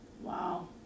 wow